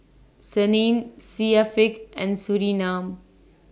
Senin Syafiq and Surinam